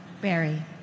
Barry